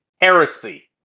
Heresy